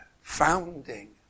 founding